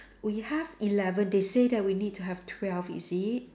we have eleven they say that we need to have twelve is it